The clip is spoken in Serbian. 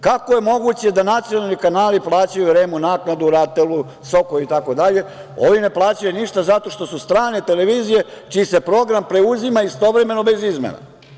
Kako je moguće da nacionalni kanali plaćaju REM-u naknadu, RATEL-u, SOKOJ-u itd, a ovi ne plaćaju ništa zato što su strane televizije čiji se program preuzima istovremeno bez izmena?